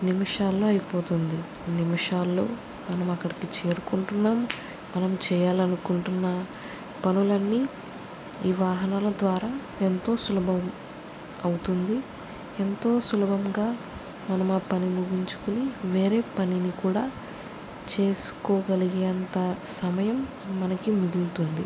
నిమిషాల్లో అయిపోతుంది నిమిషాల్లో మనం అక్కడికి చేరుకుంటున్నాం మనం చేయాలనుకుంటున్నా పనులన్నీ ఈ వాహనాల ద్వారా ఎంతో సులభం అవుతుంది ఎంతో సులభంగా మనం ఆ పని ముగించుకుని వేరే పనిని కూడా చేసుకోగలిగే అంత సమయం మనకి మిగులుతుంది